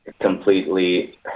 completely